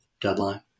deadline